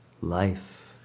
life